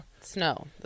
snow